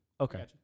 Okay